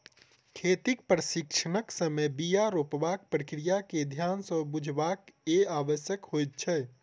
खेतीक प्रशिक्षणक समय बीया रोपबाक प्रक्रिया के ध्यान सँ बुझबअ के आवश्यकता होइत छै